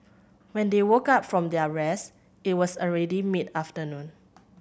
when they woke up from their rest it was already mid afternoon